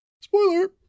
spoiler